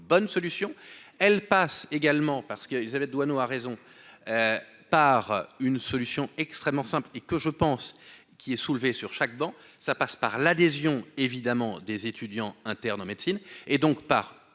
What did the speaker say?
bonne solution, elle passe également parce que Élisabeth Doineau a raison par une solution extrêmement simple et que je pense qu'il est soulevé sur chaque banc, ça passe par l'adhésion évidemment des étudiants internes en médecine et donc par